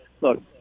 look